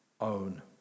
own